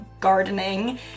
gardening